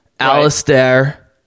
Alistair